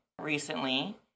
recently